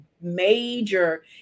major